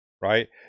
right